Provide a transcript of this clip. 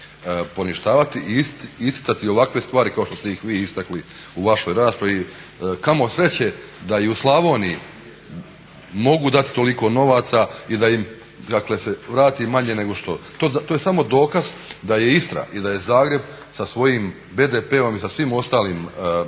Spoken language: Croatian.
poništavati i isticati ovakve stvari kao što ste ih vi istakli u vašoj raspravi. Kamo sreće da i u Slavoniji mogu dati toliko novaca i da im, dakle se vrati manje nego što. To je samo dokaz da je Istra i da je Zagreb sa svojim BDP-om i sa svim ostalim